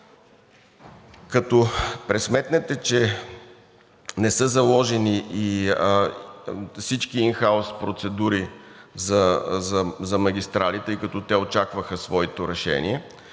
като пресметнете, че не са заложени всички ин хаус процедури за магистрали, тъй като те очакваха своето решение